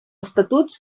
estatuts